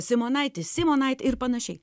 simonaitis simonait ir panašiai